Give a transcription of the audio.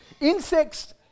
Insects